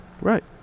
Right